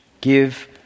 Give